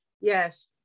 yes